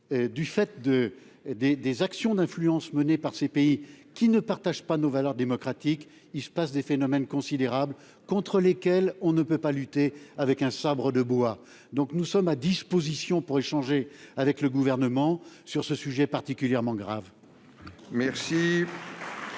du fait des actions d'influence menées par ces pays qui ne partagent pas nos valeurs démocratiques, des phénomènes considérables contre lesquels on ne peut pas lutter avec un sabre de bois. » Nous sommes donc à la disposition du Gouvernement pour échanger sur ce sujet particulièrement grave.